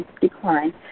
decline